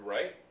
Right